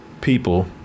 people